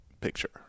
picture